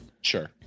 Sure